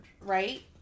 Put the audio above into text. right